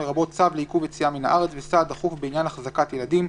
לרבות צו לעיכוב יציאה מן הארץ וסעד דחוף בעניין החזקת ילדים,